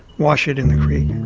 wash it in the creek,